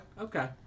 okay